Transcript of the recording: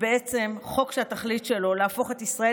ובעצם חוק שהתכלית שלו להפוך את ישראל